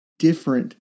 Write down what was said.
different